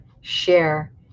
share